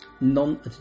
non